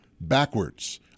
Backwards